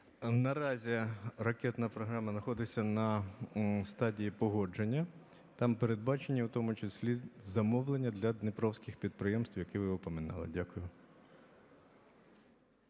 Наразі ракетна програма знаходиться на стадії погодження. Там передбачені, у тому числі, замовлення для дніпровських підприємств, які згадували. Дякую.